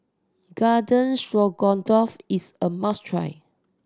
Garden Stroganoff is a must try